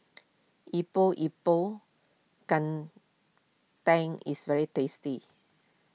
Epok Epok Kentang is very tasty